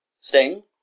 Sting